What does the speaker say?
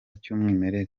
cy’umwimerere